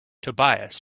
tobias